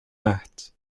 mat